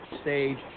stage